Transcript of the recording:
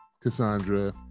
Cassandra